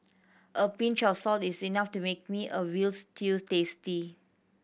a pinch of salt is enough to make me a veal stew tasty